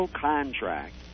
contract